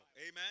Amen